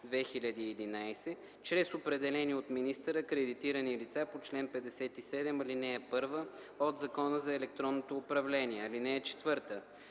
211/2011, чрез определени от министъра акредитирани лица по чл. 57, ал. 1 от Закона за електронното управление. (4)